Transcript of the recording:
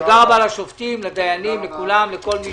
תודה לשופטים ולדיינים ולכל מי